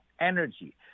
energy